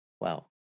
wow